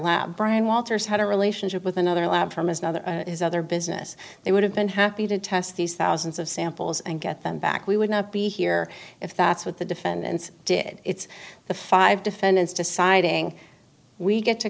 lab brian walters had a relationship with another lab from his mother his other business they would have been happy to test these thousands of samples and get them back we would not be here if that's what the defendants did it's the five defendants deciding we get to